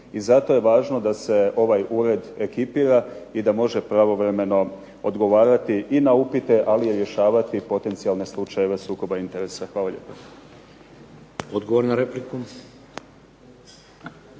I zato je važno da se ovaj ured ekipira i da može pravovremeno odgovarati i na upite, ali i rješavati potencijalne slučajeve sukoba interesa. Hvala lijepa.